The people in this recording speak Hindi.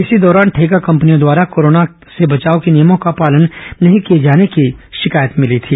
इसी दौरान ठेका कंपनियों द्वारा कोरोना के बचाव के नियमों का पालन नहीं किए जाने की शिकायत मिली थी